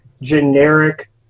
generic